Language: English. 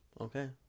okay